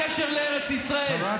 הקשר לארץ ישראל,